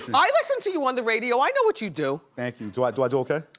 and i listen to you on the radio. i know what you do. thank you. do i do i do okay?